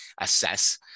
assess